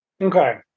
Okay